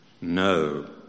No